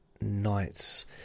nights